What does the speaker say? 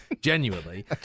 genuinely